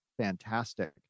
fantastic